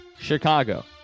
Chicago